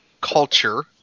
culture